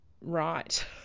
right